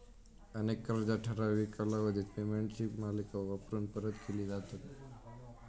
अनेक कर्जा ठराविक कालावधीत पेमेंटची मालिका वापरून परत केली जातत